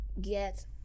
get